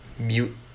mute